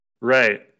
Right